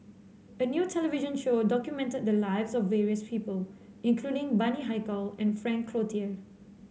a new television show documented the lives of various people including Bani Haykal and Frank Cloutier